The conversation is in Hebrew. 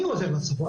אני עוזר לצפון,